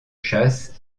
chasse